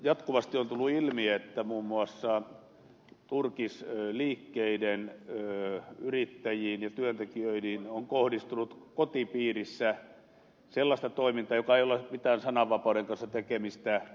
jatkuvasti on tullut ilmi että muun muassa turkisliikkeiden yrittäjiin ja työntekijöihin on kohdistunut kotipiirissä sellaista toimintaa jolla ei ole mitään sananvapauden kanssa tekemistä